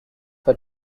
for